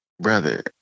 brother